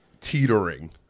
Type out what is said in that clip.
teetering